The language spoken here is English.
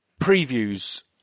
previews